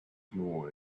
ignore